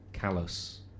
Callous